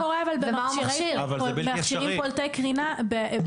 כפי שקורה אבל במכשירים פולטי קרינה באופן רגיל.